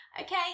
Okay